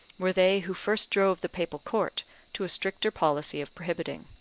were they who first drove the papal court to a stricter policy of prohibiting.